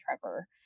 Trevor